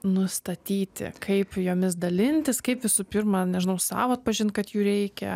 nustatyti kaip jomis dalintis kaip visų pirma nežinau sau atpažint kad jų reikia